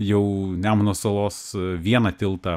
jau nemuno salos vieną tiltą